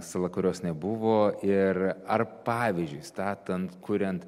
sala kurios nebuvo ir ar pavyzdžiui statant kuriant